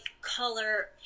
color